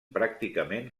pràcticament